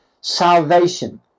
salvation